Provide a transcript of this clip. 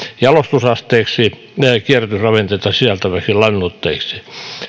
jalostusasteiksi kierrätysravinteita sisältäviksi lannoitteiksi